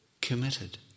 committed